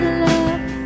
love